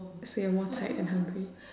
say one more time I'm hungry